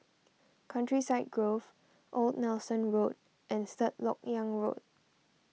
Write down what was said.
Countryside Grove Old Nelson Road and Third Lok Yang Road